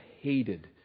hated